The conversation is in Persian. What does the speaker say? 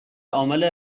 عامل